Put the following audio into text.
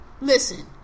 listen